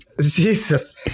Jesus